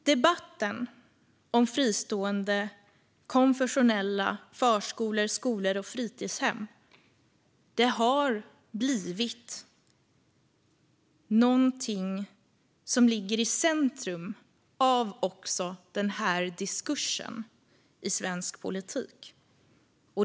Debatten om fristående konfessionella förskolor, skolor och fritidshem har blivit någonting som ligger i centrum också av den här diskursen i svensk politik.